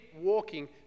walking